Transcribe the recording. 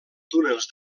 túnels